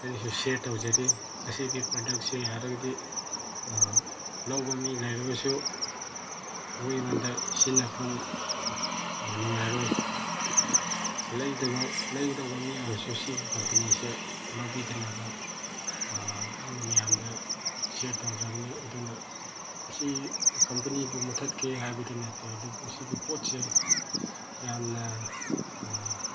ꯑꯩꯅꯁꯨ ꯁꯤꯌꯔ ꯇꯧꯖꯔꯤ ꯑꯁꯤꯒꯤ ꯄ꯭ꯔꯗꯛꯁꯦ ꯌꯥꯔꯒꯗꯤ ꯂꯧꯕ ꯃꯤ ꯂꯩꯔꯒꯁꯨ ꯅꯣꯏꯉꯣꯟꯗ ꯁꯤꯖꯤꯟꯅꯐꯝ ꯅꯨꯡꯉꯥꯏꯔꯣꯏ ꯂꯩꯗꯕ ꯂꯩꯒꯗꯧꯕ ꯃꯤ ꯑꯣꯏꯔꯁꯨ ꯁꯤꯒꯤ ꯀꯝꯄꯅꯤꯁꯦ ꯂꯧꯕꯤꯗꯅꯕ ꯑꯩꯅ ꯃꯌꯥꯝꯗ ꯁꯤꯌꯔ ꯇꯧꯖꯕꯅꯤ ꯑꯗꯨꯅ ꯑꯁꯤ ꯀꯝꯄꯅꯤꯕꯨ ꯃꯨꯊꯠꯀꯦ ꯍꯥꯏꯕꯗꯤ ꯅꯠꯇꯦ ꯑꯗꯨꯕꯨ ꯁꯤꯒꯤ ꯄꯣꯠꯁꯦ ꯌꯥꯝꯅ